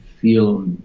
feel